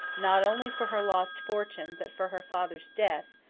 not only for her lost fortune, but for her father's death,